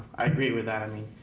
i agree with that. i mean,